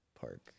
Park